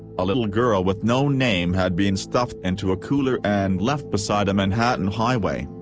a little girl with no name had been stuffed into a cooler and left beside a manhattan highway.